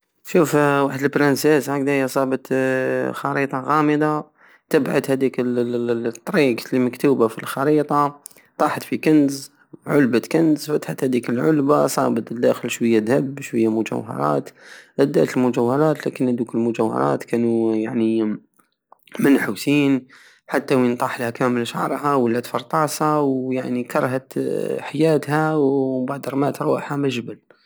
شوف واحد لبرانسيس صابت خريطة غامظة تبعت هاديك الطريق الي مكتوبة في الخريطة طاحت في كنز- علبة كنز فتحت هاديك العلبة صابت شوية دهب شوية مجوهرات ادات المجوهرات ولكن هادوك المجوهرات كانو يعني منحوسين حتى وين طاحلها كامل شعرها ولات فرطاصة ويعني كرهت حياتها وبعد رمات روحها من الجبل